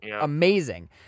amazing